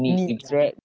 needs right